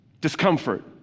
discomfort